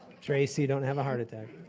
tracy, don't have a heart attack.